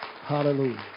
Hallelujah